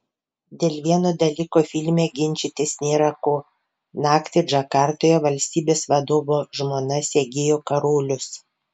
dėl vieno dalyko filme ginčytis nėra ko naktį džakartoje valstybės vadovo žmona segėjo karolius